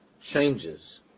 changes